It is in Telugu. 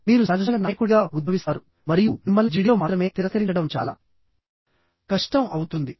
మీరు సహజ నాయకుడిగా ఉద్భవిస్తారు మరియు మిమ్మల్ని జిడిలో మాత్రమే తిరస్కరించడం చాలా కష్టం అవుతుంది